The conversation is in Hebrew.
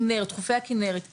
חופי הכנרת,